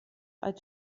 als